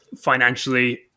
financially